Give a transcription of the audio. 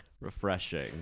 Refreshing